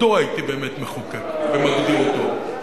אותו הייתי באמת מחוקק ומגדיר אותו,